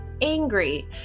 angry